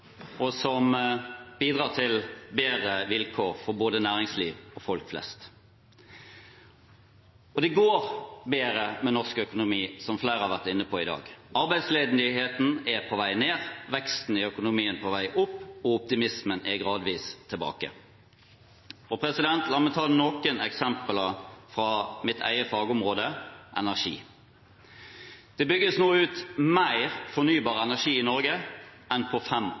og som bidrar til bedre vilkår for både næringsliv og folk flest. Det går bedre med norsk økonomi, som flere har vært inne på i dag. Arbeidsledigheten er på vei ned, veksten i økonomien er på vei opp, og optimismen er gradvis tilbake. La meg ta noen eksempler fra mitt eget fagområde, energi. Det bygges nå ut mer fornybar energi i Norge enn på